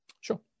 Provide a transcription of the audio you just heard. Sure